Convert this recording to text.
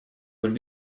would